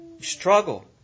struggle